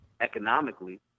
economically